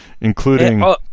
including